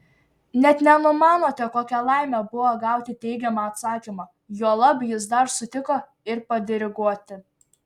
net nenumanote kokia laimė buvo gauti teigiamą atsakymą juolab jis dar sutiko ir padiriguoti